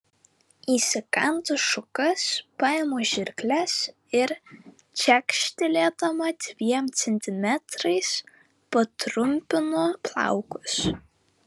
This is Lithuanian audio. įsikandu šukas paimu žirkles ir čekštelėdama dviem centimetrais patrumpinu plaukus